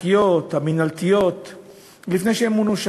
החוקיות והמינהליות לפני שהם מונו שם.